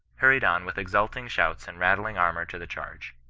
hurried on with exulting shouts and rattling armour to the charge.